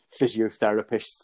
physiotherapists